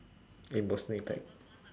emotional impact